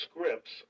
scripts